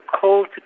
cold